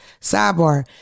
Sidebar